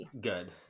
good